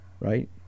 right